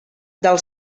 del